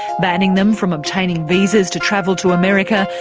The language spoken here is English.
banning them from obtaining visas to travel to america,